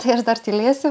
tai aš dar tylėsiu